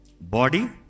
body